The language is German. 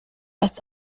als